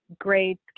grades